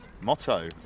Motto